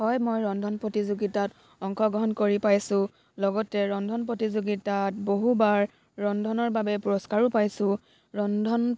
হয় মই ৰন্ধন প্ৰতিযোগিতাত অংশগ্ৰহণ কৰি পাইছোঁ লগতে ৰন্ধন প্ৰতিযোগিতাত বহুবাৰ ৰন্ধনৰ বাবে পুৰস্কাৰো পাইছোঁ ৰন্ধন